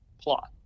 plot